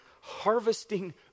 harvesting